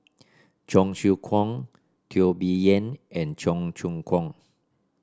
Cheong Siew Keong Teo Bee Yen and Cheong Choong Kong